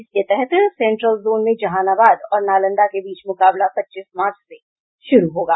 इसके तहत central zone में जहानाबाद और नालंदा के बीच मुकाबला पच्चीस मार्च से शुरू होगा